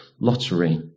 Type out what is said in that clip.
lottery